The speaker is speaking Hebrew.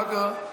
מה קרה?